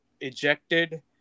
ejected